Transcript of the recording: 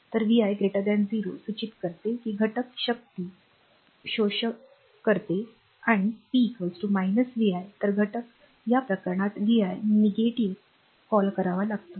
तर vi 0 सूचित करते की घटक शक्ती शोषक करते आणि p vi तर घटक या प्रकरणात vi negativeनकारात्मक कॉल करतात